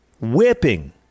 whipping